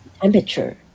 temperature